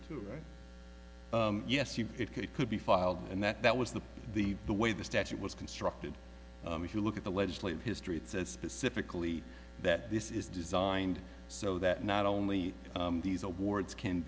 are right yes it could be filed and that that was the the the way the statute was constructed if you look at the legislative history it says specifically that this is designed so that not only these awards can